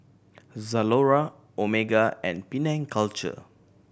Zalora Omega and Penang Culture